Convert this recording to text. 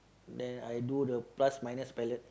then I do the plus minus palatte